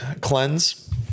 cleanse